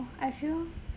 I feel